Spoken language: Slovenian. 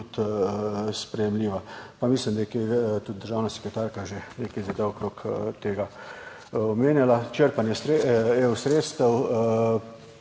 tudi sprejemljiva, pa mislim, da je tudi državna sekretarka že nekaj zadev okrog tega omenjala. Črpanje EU sredstev.